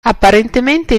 apparentemente